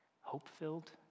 hope-filled